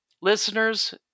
listeners